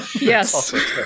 Yes